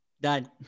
Done